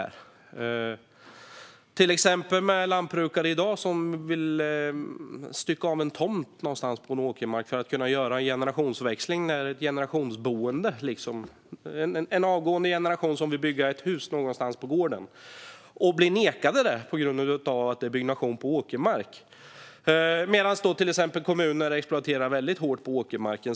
I dag finns det till exempel lantbrukare som vill stycka av en tomt på åkermark för att kunna göra en generationsväxling, för att den avgående generationen vill bygga ett hus någonstans på gården, men blir nekade på grund av att det är byggnation på åkermark. Detta medan till exempel kommuner exploaterar väldigt hårt på åkermarken.